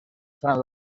san